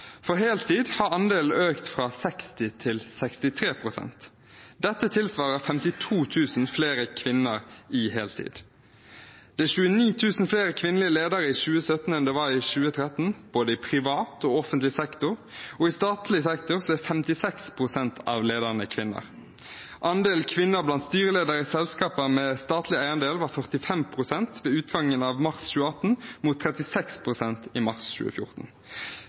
På heltid har andelen økt fra 60 pst. til 63 pst. Dette tilsvarer 52 000 flere kvinner på heltid. Det er 29 000 flere kvinnelige ledere i 2017 enn det var i 2013, både i privat og i offentlig sektor, og i statlig sektor er 56 pst. av lederne kvinner. Andelen kvinner blant styreledere i selskaper med statlig eierandel var 45 pst. ved utgangen av mars 2018, mot 36 pst. i mars 2014.